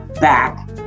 back